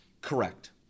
Correct